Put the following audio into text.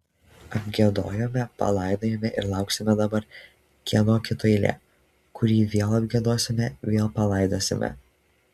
apgiedojome palaidojome ir lauksime dabar kieno kito eilė kurį vėl apgiedosime vėl palaidosime